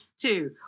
Two